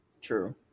True